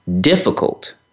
difficult